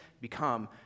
become